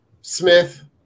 Smith